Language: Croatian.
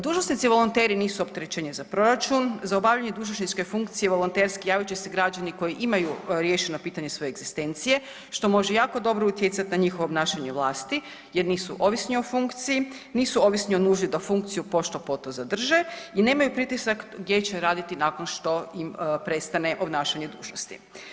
Dužnosnici volonteri nisu opterećenje za proračun, za obavljanje dužnosničke funkcije volonterski javit će se građani koji imaju riješeno pitanje svoje egzistencije što može jako dobro utjecati na njihovo obnašanje vlasti jer nisu ovisni o funkciji, nisu ovisni o nuždi da funkciju pošto po to zadrže i nemaju pritisak gdje će raditi nakon što im prestane obnašanje dužnosti.